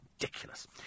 Ridiculous